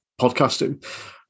podcasting